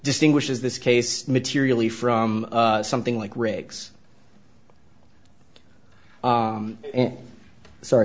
distinguishes this case materially from something like riggs sorry